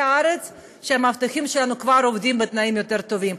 הארץ שהמאבטחים שלנו כבר עובדים בתנאים יותר טובים.